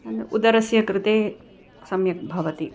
अन्द उदरस्य कृते सम्यक् भवति